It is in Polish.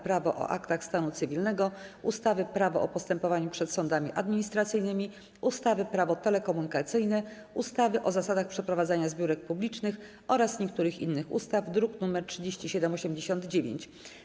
Prawo o aktach stanu cywilnego, ustawy Prawo o postępowaniu przed sądami administracyjnymi, ustawy Prawo telekomunikacyjne, ustawy o zasadach przeprowadzania zbiórek publicznych oraz niektórych innych ustaw (druk nr 3789)